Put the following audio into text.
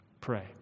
pray